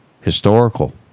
historical